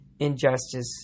Injustice